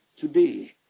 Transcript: Today